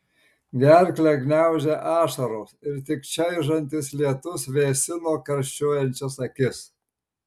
gerklę gniaužė ašaros ir tik čaižantis lietus vėsino karščiuojančias akis